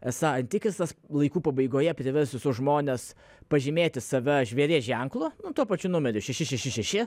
esą antikristas laikų pabaigoje privers visus žmones pažymėti save žvėries ženklu tuo pačiu numeriu šeši šeši šeši